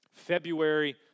February